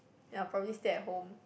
then I will probably stay at home